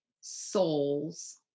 souls